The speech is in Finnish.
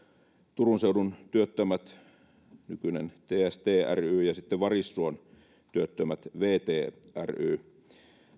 turun seudun työttömät nykyinen tst ry ja sitten varissuon työttömät vt ry